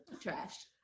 Trash